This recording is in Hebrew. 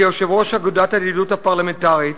כיושב-ראש אגודת הידידות הפרלמנטרית